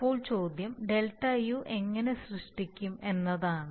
അപ്പോൾ ചോദ്യം Δu എങ്ങനെ സൃഷ്ടിക്കും എന്നതാണ്